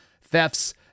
thefts